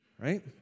right